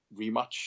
rematch